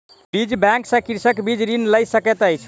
बीज बैंक सॅ कृषक बीज ऋण लय सकैत अछि